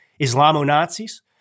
islamo-nazis